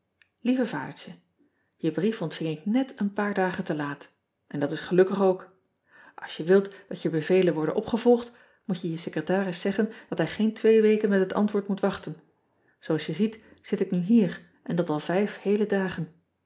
ieve adertje e brief ontving ik net een paar dagen te last n dat is gelukkig ook ls je wilt dat je bevelen worden ean ebster adertje angbeen opgevolgd moot je je secretaris zeggen dat hij geen twee weken met het antwoord moet wachten ooals je ziet zit ik nu hier en dat al vijf heele dagen